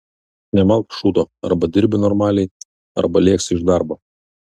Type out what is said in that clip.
nemalk šūdo arba dirbi normaliai arba lėksi iš darbo